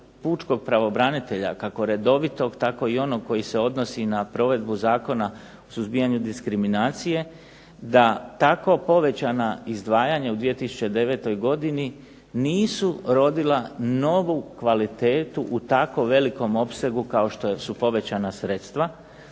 Pučkog pravobranitelja, kako redovitog tako i onog koji se odnosi na provedbu Zakona o suzbijanju diskriminacije da tako povećana izdvajanja u 2009. godini nisu rodila novu kvalitetu u tako velikom opsegu kao što su povećana sredstva